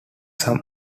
some